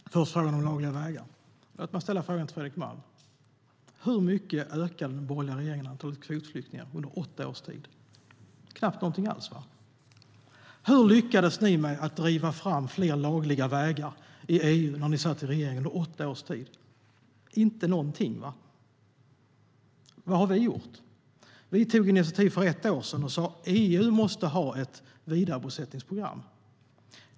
Fru talman! Först är det frågan om lagliga vägar. Låt mig ställa frågan till Fredrik Malm: Hur mycket ökade den borgerliga regeringen antalet kvotflyktingar under åtta års tid? Knappt någonting alls. Hur lyckades ni med att driva fram fler lagliga vägar i EU när ni under åtta års tid satt i regeringen? Inte alls. Vad har vi gjort? Vi tog initiativ för ett år sedan och sa: EU måste ha ett vidarebosättningsprogram.